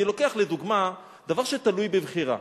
אני לוקח לדוגמה דבר שתלוי בבחירה.